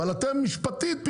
אבל משפטית,